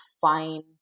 find